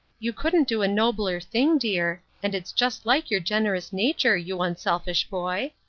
you couldn't do a nobler thing, dear and it's just like your generous nature, you unselfish boy.